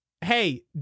hey